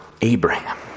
Abraham